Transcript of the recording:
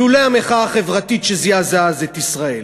לולא המחאה החברתית שזעזעה אז את ישראל.